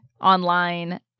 online